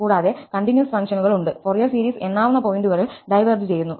കൂടാതെ കണ്ടിന്യൂസ് ഫംഗ്ഷനുകൾ ഉണ്ട് ഫൊറിയർ സീരീസ് എണ്ണാവുന്ന പോയിന്റുകളിൽ ഡൈവേർജ് ചെയ്യുന്നു